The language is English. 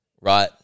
right